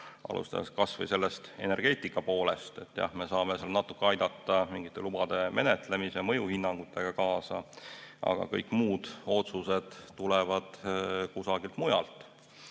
alustades kas või sellest energeetikapoolest. Jah, me saame seal natuke kaasa aidata mingite lubade menetlemise, mõjuhinnangutega, aga kõik muud otsused tulevad kusagilt mujalt.